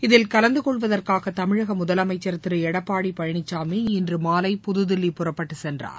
இதில் கலந்துகொள்வதற்காக தமிழக முதலமைச்சர் திரு எடப்பாடி பழனிசாமி இன்று மாலை புதுதில்லி புறப்பட்டு சென்றார்